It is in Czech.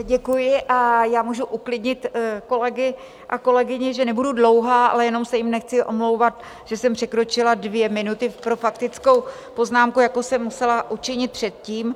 Děkuji a já můžu uklidnit kolegy a kolegyně, že nebudu dlouhá, ale jenom se jim nechci omlouvat, že jsem překročila dvě minuty pro faktickou poznámku, jako jsem musela učinit předtím.